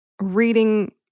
reading